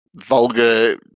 vulgar